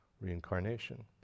reincarnation